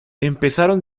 empezaron